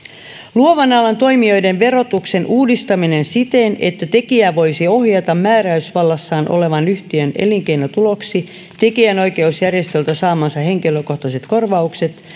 luovan alan toimijoiden verotuksen uudistaminen siten että tekijä voisi ohjata määräysvallassaan olevan yhtiön elinkeinotuloksi tekijänoikeusjärjestöiltä saamansa henkilökohtaiset korvaukset